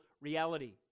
reality